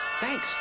thanks